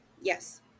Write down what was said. yes